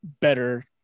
better